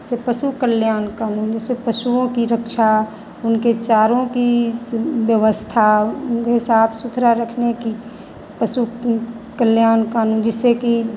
जैसे पशु कल्याण कानून जैसे पशुओं की रक्षा उनके चारों की व्यवस्था उनके साफ सुथरा रखने की पशु कल्याण कानून जिससे कि